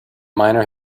miner